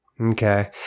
Okay